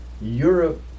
europe